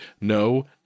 No